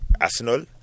arsenal